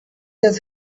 does